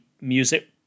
music